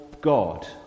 God